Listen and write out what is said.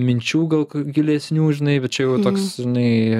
minčių gal gilesnių žinai bet čia jau toks žinai